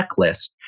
checklist